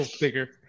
bigger